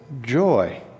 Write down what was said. joy